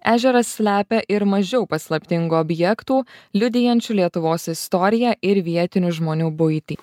ežeras slepia ir mažiau paslaptingų objektų liudijančių lietuvos istoriją ir vietinių žmonių buitį